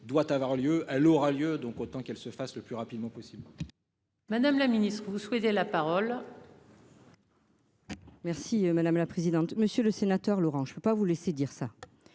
doit avoir lieu à l'aura lieu donc autant qu'elle se fasse le plus rapidement possible. Madame la Ministre, vous souhaitez la parole. Merci madame la présidente, monsieur le sénateur, Laurent, je ne peux pas vous laisser dire ça.